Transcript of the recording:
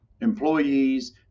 employees